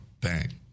Bang